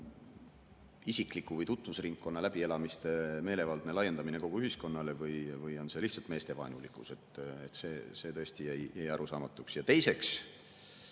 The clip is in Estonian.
isiklike või tutvusringkonna läbielamiste meelevaldne laiendamine kogu ühiskonnale või on see lihtsalt meestevaenulikkus. See tõesti jäi arusaamatuks. Ja teiseks,